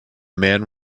man